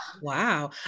wow